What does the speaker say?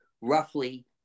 roughly